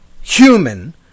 human